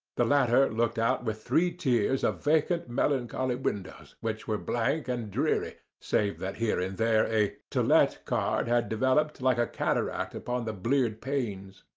the latter looked out with three tiers of vacant melancholy windows, which were blank and dreary, save that here and there a to let card had developed like a cataract upon the bleared panes.